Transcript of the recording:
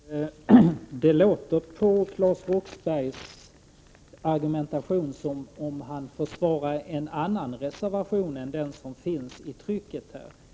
Herr talman! Det låter på Claes Roxberghs argumentation som om han försvarar en annan reservation än den som finns i trycket.